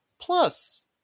plus